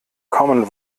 common